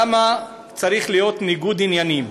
למה צריך להיות ניגוד עניינים?